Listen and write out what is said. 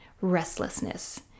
restlessness